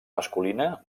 masculina